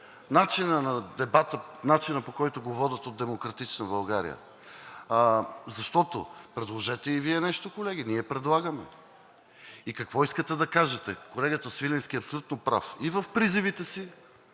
начинът на дебата, начинът, по който го водят от „Демократична България“. Защото предложете и Вие нещо, колеги, ние предлагаме и какво искате да кажете? Колегата Свиленски е абсолютно прав и в призивите си